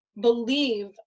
believe